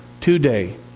today